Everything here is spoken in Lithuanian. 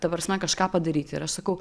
ta prasme kažką padaryti ir aš sakau